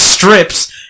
strips